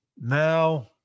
Now –